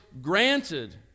granted